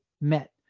met